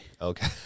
okay